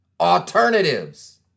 alternatives